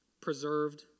Preserved